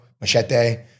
Machete